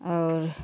और